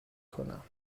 کنم